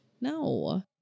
No